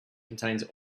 contains